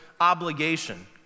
obligation